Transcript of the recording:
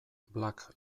black